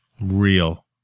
Real